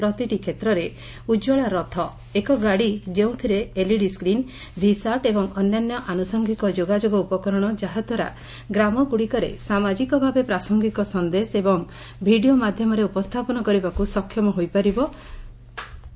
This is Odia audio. ପ୍ରତିଟି କ୍ଷେତ୍ରରେ ଉଜ୍ୱଳା ରଥ ଏକ ଗାଡ଼ି ଯେଉଁଥିରେ ଏଲ୍ଇଡି ସ୍କ୍ରିନ୍ ଭିସାଟ୍ ଏବଂ ଅନ୍ୟାନ୍ୟ ଆନୁସଙ୍ଗିକ ଯୋଗାଯୋଗ ଉପକରଣ ଯାହାଦ୍ୱାରା ଗ୍ରାମଗୁଡ଼ିକରେ ସାମାଜିକ ଭାବେ ପ୍ରାସଙ୍ଗିକ ସନ୍ଦେଶ ଏବଂ ଭିଡ଼ିଓ ମାଧ୍ଧମରେ ଉପସ୍ରାପନ କରିବାକୁ ସକ୍ଷମ ହୋଇପାରିବ ଉପସ୍ରାପନ କରାଯିବ